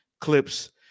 clips